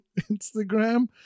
Instagram